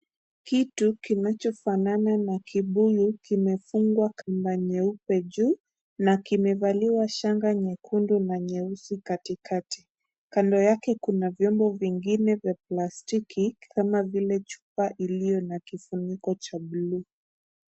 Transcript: Kitu kinachofanana na kibuyu kimefungwa kamba nyeupe juu, na kimevaliwa shanga nyekundu na nyeusi katikati, kando yake kuna vyombo vingine vya plastiki kama vile chupa iliyo na kifuniko cha bluu.